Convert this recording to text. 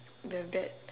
the bad